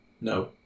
No